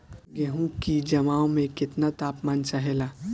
गेहू की जमाव में केतना तापमान चाहेला?